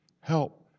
help